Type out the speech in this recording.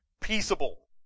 peaceable